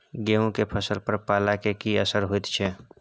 गेहूं के फसल पर पाला के की असर होयत छै?